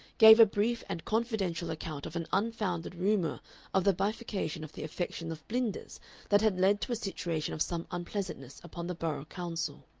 gave a brief and confidential account of an unfounded rumor of the bifurcation of the affections of blinders that had led to a situation of some unpleasantness upon the borough council.